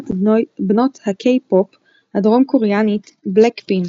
בנות הקיי-פופ הדרום קוריאנית בלאקפינק,